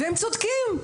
והם צודקים.